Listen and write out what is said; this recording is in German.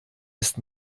ist